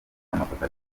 amafoto